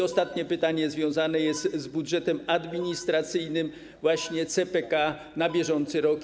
Ostatnie pytanie związane jest z budżetem administracyjnym właśnie CPK na bieżący rok.